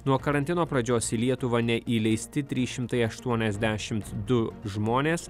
nuo karantino pradžios į lietuvą neįleisti trys šimtai aštuoniasdešimt du žmonės